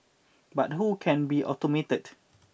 but who can be automated